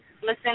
listen